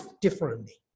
Differently